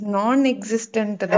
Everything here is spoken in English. non-existent